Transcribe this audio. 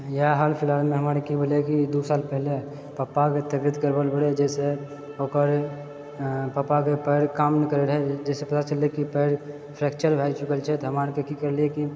इएह हाल फिलहालमे हमरा आरके की भेलै कि दू साल पहिले पापाके तबियत गड़बड़ भेलै जाहिसँ ओकर पापाके पैर काम नहि करैत रहए जाहिसँ पता चललै कि पैर फ्रेक्चर भए चुकल छै तऽ हमरा आरके की करलिऐ कि